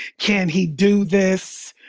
can he do this?